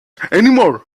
anymore